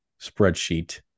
spreadsheet